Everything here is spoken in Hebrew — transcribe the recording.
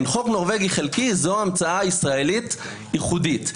חוק נורבגי חלקי זו המצאה ישראלית ייחודית.